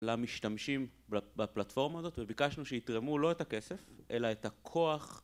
למשתמשים בפלטפורמה הזאת וביקשנו שיתרמו לא את הכסף אלא את הכוח